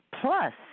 plus